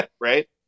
right